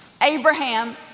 Abraham